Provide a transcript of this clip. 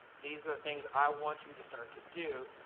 these are things i want you to start to do.